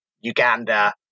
Uganda